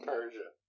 Persia